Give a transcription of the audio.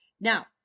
now